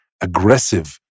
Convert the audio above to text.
aggressive